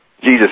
Jesus